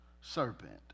serpent